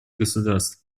государств